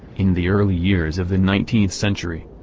in the early years of the nineteenth century.